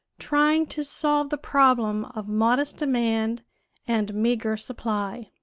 trying to solve the problem of modest demand and meager supply.